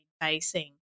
facing